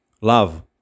Love